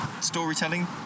Storytelling